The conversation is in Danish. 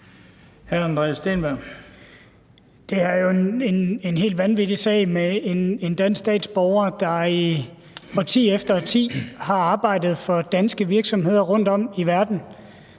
her er jo en helt vanvittig sag med en dansk statsborger, der i årti efter årti har arbejdet for danske virksomheder rundtom i verden.